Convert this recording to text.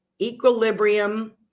equilibrium